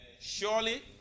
Surely